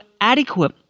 adequate